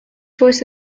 torched